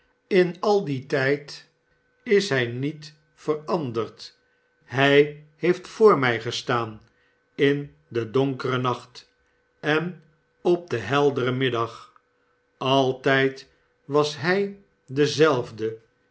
in al dien tijd is hij niet veranderd hij heeft voor mij gestaan in den donkeren nacht en op den helderen nriddag altijd was hij dezelfde